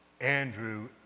Andrew